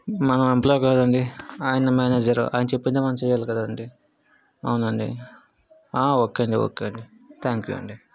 మనం ఎంప్లాయ్ కదండీ ఆయన మేనేజర్ ఆయన చెప్పింది మనం చేయాలి కదండి అవును అండి ఆ ఓకే అండి ఓకే అండి థ్యాంక్ యూ అండి